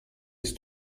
ist